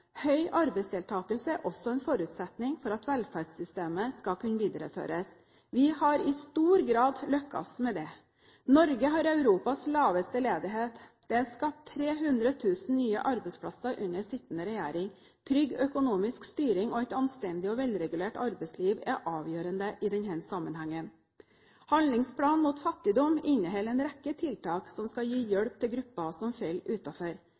Høy arbeidsdeltakelse er også en forutsetning for at velferdssystemet skal kunne videreføres. Vi har i stor grad lyktes med det. Norge har Europas laveste ledighet. Det er skapt 300 000 nye arbeidsplasser under sittende regjering. Trygg økonomisk styring og et anstendig og velregulert arbeidsliv er avgjørende i denne sammenhengen. Handlingsplanen mot fattigdom inneholder en rekke tiltak som skal gi hjelp til grupper som faller